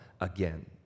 again